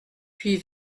puis